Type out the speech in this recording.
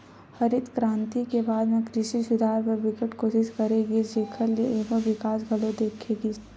हरित करांति के बाद म कृषि सुधार बर बिकट कोसिस करे गिस जेखर ले एमा बिकास घलो देखे गिस